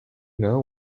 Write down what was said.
know